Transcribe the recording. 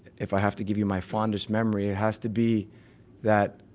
if i have to give you my fondest memory it has to be that